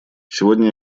сегодня